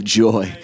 joy